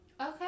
Okay